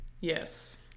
Yes